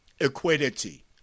equity